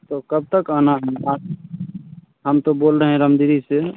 तो कब तक आना है हम तो बोल रहे हैं रामडिरी से